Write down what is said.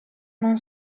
non